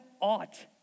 ought